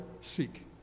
seek